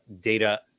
data